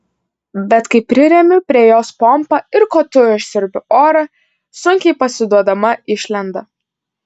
bet kai priremiu prie jos pompą ir kotu išsiurbiu orą sunkiai pasiduodama išlenda